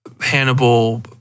Hannibal